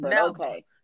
Okay